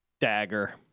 Dagger